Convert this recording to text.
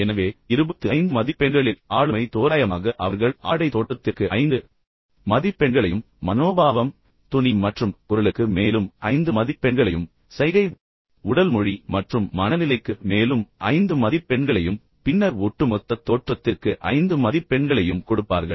எனவே 25 மதிப்பெண்களில் ஆளுமை தோராயமாக அவர்கள் ஆடை தோற்றத்திற்கு 5 மதிப்பெண்களையும் மனோபாவம் தொனி மற்றும் குரலுக்கு மேலும் 5 மதிப்பெண்களையும் சைகை உடல் மொழி மற்றும் மனநிலைக்கு மேலும் 5 மதிப்பெண்களையும் பின்னர் ஒட்டுமொத்த தோற்றத்திற்கு 5 மதிப்பெண்களையும் கொடுப்பார்கள்